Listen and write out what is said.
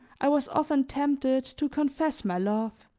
i was often tempted to confess my love.